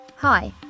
Hi